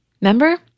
remember